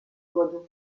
wurde